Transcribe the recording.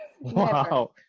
wow